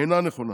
אינה נכונה.